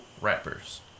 rappers